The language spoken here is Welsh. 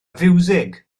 fiwsig